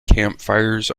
campfires